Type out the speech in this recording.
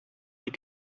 les